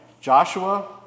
Joshua